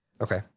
Okay